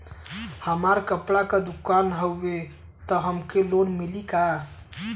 हमार कपड़ा क दुकान हउवे त हमके लोन मिली का?